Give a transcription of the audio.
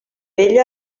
ella